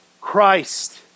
Christ